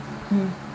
mm